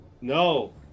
no